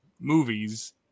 movies